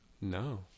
No